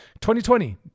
2020